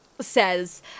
says